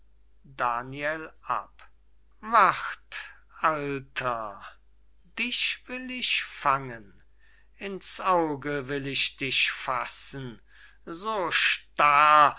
wart alter dich will ich fangen ins auge will ich dich fassen so starr